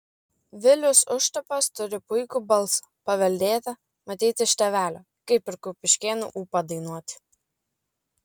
vilius užtupas turi puikų balsą paveldėtą matyt iš tėvelio kaip ir kupiškėnų ūpą dainuoti